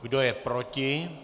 Kdo je proti?